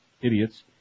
idiots